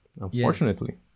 unfortunately